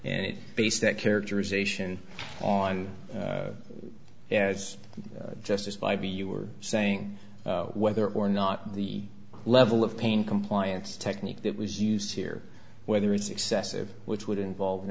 and it based that characterization on as justice by b you were saying whether or not the level of pain compliance technique that was used here whether it's excessive which would involve an